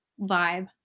vibe